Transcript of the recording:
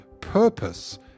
purpose